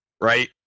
right